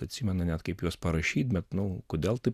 atsimenu net kaip juos parašyt bet nu kodėl taip